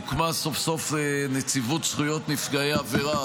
הוקמה סוף-סוף נציבות זכויות נפגעי עבירה,